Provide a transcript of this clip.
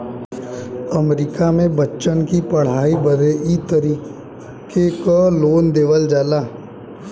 अमरीका मे बच्चन की पढ़ाई बदे ई तरीके क लोन देवल जाला